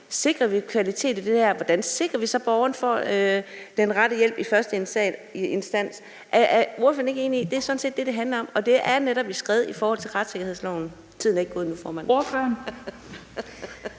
hvordan man sikrer kvalitet i det her, og hvordan man så sikrer, at borgeren får den rette hjælp i første instans. Er ordføreren ikke enig i, at det sådan set er det, det handler om, og at det netop er et skred i forhold til retssikkerhedsloven? Kl. 10:06 Den fg. formand